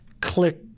click